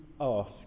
ask